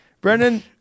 Brendan